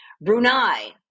Brunei